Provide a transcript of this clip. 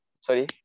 Sorry